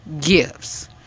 gifts